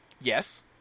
Yes